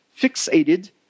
fixated